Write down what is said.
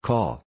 Call